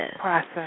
Process